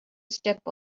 step